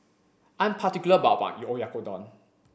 I'm particular about my Oyakodon